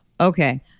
Okay